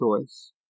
choice